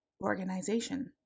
organization